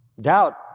Doubt